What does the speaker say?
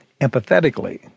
empathetically